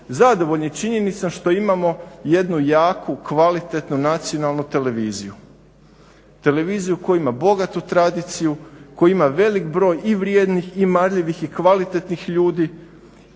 zadovoljni činjenicom što imamo jednu jaku, kvalitetnu, nacionalnu televiziju, televiziju koja ima bogatu tradiciju, koja ima velik broj i vrijednih i marljivih i kvalitetnih ljudi,